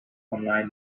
online